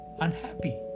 unhappy